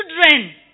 children